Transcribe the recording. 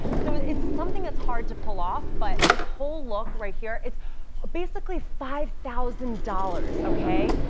so, it's something that's hard to pull off, but this whole look right here, it's basically five thousand dollars, okay?